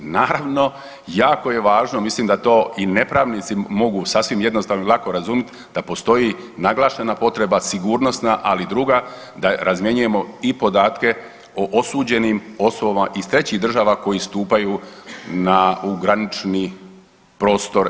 Naravno jako je važno, mislim da to i nepravnici mogu sasvim jednostavno, lako razumit da postoji naglašena potreba, sigurnosna ali i druga da razmjenjujemo i podatke o osuđenim osobama iz trećih država koji stupaju u granični prostor EU.